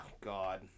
God